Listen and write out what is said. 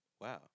Wow